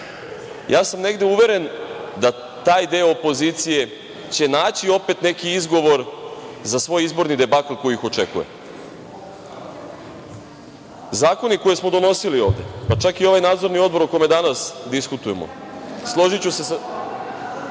ali negde sam uveren da taj deo opozicije će naći opet neki izgovor za svoj izborni debakl koji ih očekuje. Zakone koje smo donosili ovde, pa čak i ovaj Nadzorni odbor o kome danas diskutujemo, složiću se sa